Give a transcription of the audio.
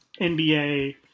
NBA